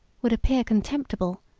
would appear contemptible,